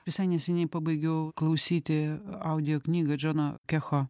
visai neseniai pabaigiau klausyti audio knygą džono kecho